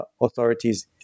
authorities